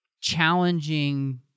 challenging